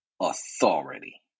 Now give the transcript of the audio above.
Authority